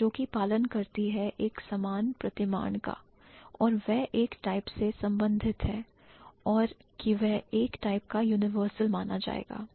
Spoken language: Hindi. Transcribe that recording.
जोकि पालन करती है एक समान प्रतिमान का और वह एक टाइप से संबंधित हैं और की वह एक टाइप का universal माना जाएगा